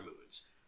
moods